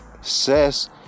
says